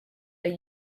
are